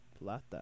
Plata